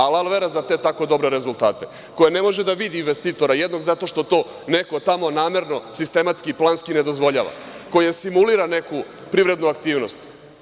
Alal vera za te tako dobre rezultate, koje ne može da vidi investitora jednog, zato što to neko tamo namerno sistematski i planski ne dozvoljava, koje simulira neku privrednu aktivnost.